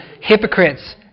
hypocrites